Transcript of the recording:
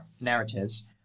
narratives